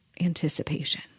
anticipation